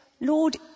Lord